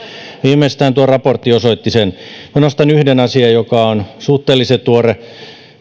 viimeistään tuo raportti osoitti sen minä nostan yhden asian joka on suhteellisen tuore